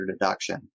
deduction